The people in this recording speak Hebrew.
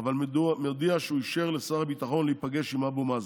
אבל מודיע שהוא אישר לשר הביטחון להיפגש עם אבו מאזן.